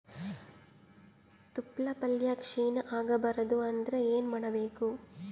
ತೊಪ್ಲಪಲ್ಯ ಕ್ಷೀಣ ಆಗಬಾರದು ಅಂದ್ರ ಏನ ಮಾಡಬೇಕು?